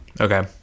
okay